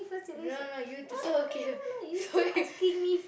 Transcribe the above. no no you so okay so you